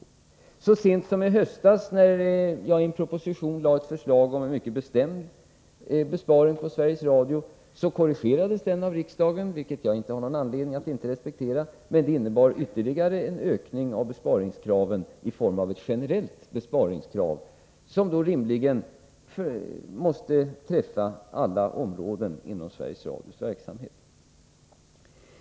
När jag så sent som i höstas i en proposition lade fram ett förslag om en mycket bestämd besparing på Sveriges Radio korrigerades det förslaget av riksdagen. Jag har inte någon anledning att inte respektera detta, men det innebar en ytterligare ökning av besparingskraven i form av ett generellt besparingskrav, som rimligen måste träffa alla områden inom Sveriges Radios verksamhet.